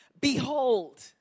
behold